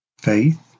faith